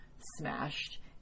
smashed